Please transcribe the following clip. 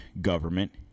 government